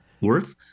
worth